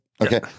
Okay